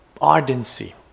ardency